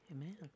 Amen